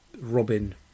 Robin